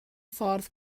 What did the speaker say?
ffordd